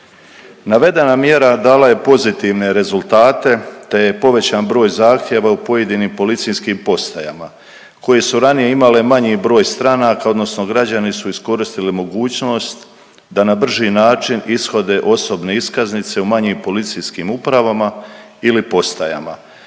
Navedena mjera dala je pozitivne rezultate te je povećan broj zahtjeva u pojedinim policijskim postajama koje su ranije imale manji broj stranaka odnosno građani su iskoristili mogućnost da na brži način ishode osobne iskaznice u manjim policijskim upravama ili postajama,